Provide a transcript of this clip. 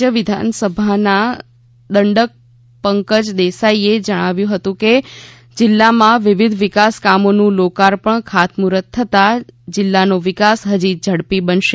રાજ્ય વિધાનસભાના દંડક પંકજ દેસાઈએ જણાવ્યું હતું કે જિલ્લામાં વિવિધ વિકાસ કામોનું લોકાર્પણ ખાતમૂહર્ત થતા જિલ્લાનો વિકાસ હજી ઝડપી બનશે